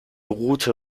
rute